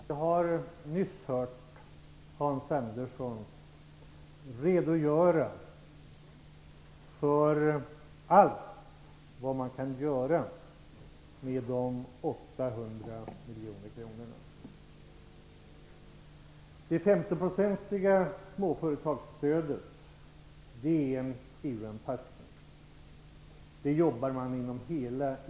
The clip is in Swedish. Herr talman! Vi har nyss hört Hans Andersson redogöra för allt vad man kan göra med de 800 miljoner kronorna. Det 50-procentiga småföretagsstödet tillämpas inom EU.